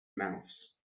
mouths